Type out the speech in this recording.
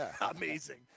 Amazing